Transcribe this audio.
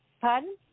pardon